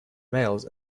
males